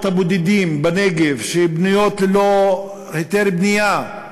הבודדים בנגב שבנויות ללא היתר בנייה,